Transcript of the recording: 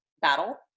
battle